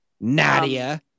Nadia